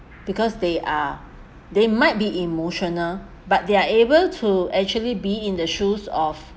because they are they might be emotional but they are able to actually be in the shoes of